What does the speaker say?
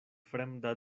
fremda